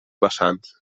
vessants